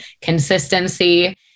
consistency